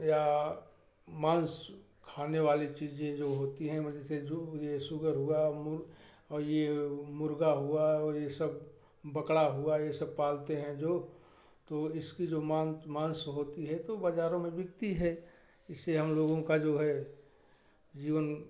या मांस खाने वाली चीज़ें जो होती हैं मतलब जैसे जो यह सुअर हुआ मुर और यह मुर्गा हुआ और ये सब बकरा हुआ ये सब पालते हैं जो तो इसकी जो मांस होती है तो बाज़ारों में बिकती है इससे हम लोगों का जो है जीवन